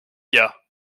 gars